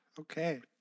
okay